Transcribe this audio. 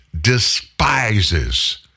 despises